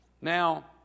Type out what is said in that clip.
Now